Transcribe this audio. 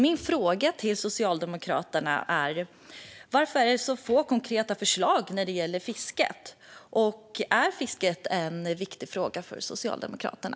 Mina frågor till Socialdemokraterna är därför: Varför finns det så få konkreta förslag när det gäller fisket? Och är fisket en viktig fråga för Socialdemokraterna?